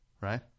Right